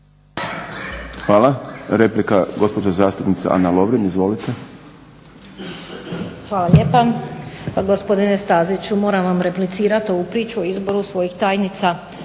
Hvala. Replika, gospođa zastupnica Ana Lovrin. Izvolite. **Lovrin, Ana (HDZ)** Hvala lijepo. Gospodine Staziću, moram vam replicirat ovu priču o izboru svojih tajnica.